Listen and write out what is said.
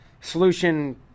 solution